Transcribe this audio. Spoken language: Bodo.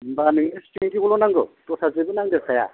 होनबा नोंनो सिंगिखौल' नांगौ दस्रा जेबो नांदेरखाया